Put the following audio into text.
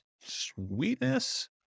Sweetness